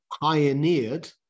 pioneered